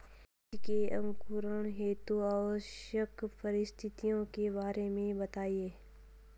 बीजों के अंकुरण हेतु आवश्यक परिस्थितियों के बारे में बताइए